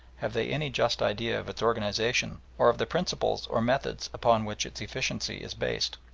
have they any just idea of its organisation or of the principles or methods upon which its efficiency is based.